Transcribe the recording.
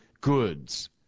goods